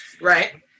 Right